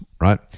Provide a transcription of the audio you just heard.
right